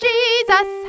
Jesus